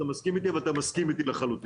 מסכים איתי אבל אתה מסכים איתי לחלוטין.